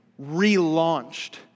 relaunched